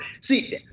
See